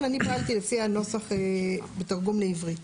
אני פעלתי לפי הנוסח בתרגום לעברית.